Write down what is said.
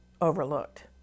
overlooked